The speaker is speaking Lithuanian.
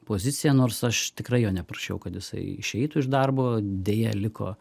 poziciją nors aš tikrai jo neprašiau kad jisai išeitų iš darbo deja liko